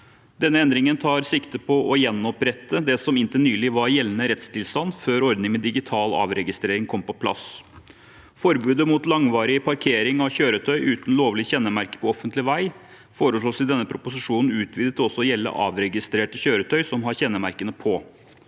Denne endringen tar sikte på å gjenopprette det som inntil nylig var gjeldende rettstilstand, før ordning med digital avregistrering kom på plass. Forbudet mot langvarig parkering av kjøretøy uten lovlig kjennemerke på offentlig vei foreslås i denne proposisjonen utvidet til også å gjelde avregistrerte kjøretøy som har kjennemerkene på.